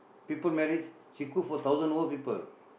people marriage she cook for thousand over people